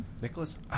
Nicholas